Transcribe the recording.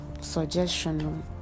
suggestion